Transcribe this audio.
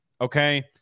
Okay